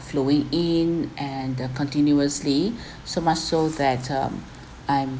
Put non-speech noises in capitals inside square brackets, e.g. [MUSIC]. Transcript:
flowing in and there'll continuously [BREATH] so much so that um I'm